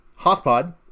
Hothpod